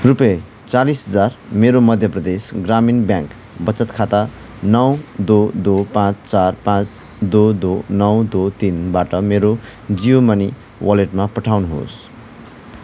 रुपियाँ चालिस हजार मेरो मध्य प्रदेश ग्रामीण ब्याङ्क बचत खाता नौ दो दो पाँच चार पाँच दो दो नौ दो तिनबाट मेरो जियो मनी वालेटमा पठाउनुहोस्